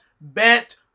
bet